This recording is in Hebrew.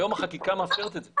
היום החקיקה מאפשרת את זה.